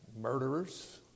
murderers